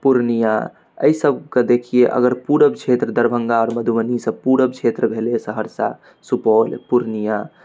पूर्णिया एहि सबके देखियै अगर पूरब क्षेत्र दरभङ्गा आओर मधुबनीसँ पूरब क्षेत्र भेलै सहरसा सुपौल पूर्णिया